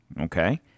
okay